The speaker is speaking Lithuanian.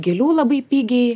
gėlių labai pigiai